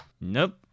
Nope